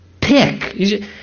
pick